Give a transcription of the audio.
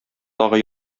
тагы